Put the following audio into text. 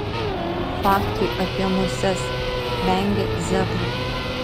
faktai apie muses vengia zebrų